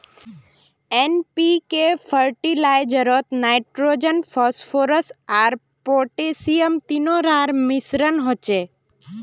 NPK फ़र्टिलाइज़रोत nitrogen, phosphorus आर potassium तीनो रहार मिश्रण होचे